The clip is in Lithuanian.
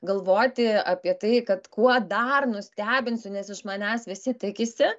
galvoti apie tai kad kuo dar nustebinsiu nes iš manęs visi tikisi